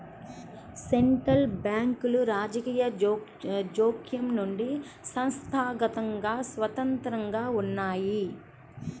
central బ్యాంకులు రాజకీయ జోక్యం నుండి సంస్థాగతంగా స్వతంత్రంగా ఉన్నయ్యి